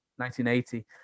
1980